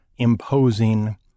imposing